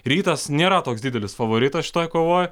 rytas nėra toks didelis favoritas šitoj kovoj